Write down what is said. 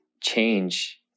change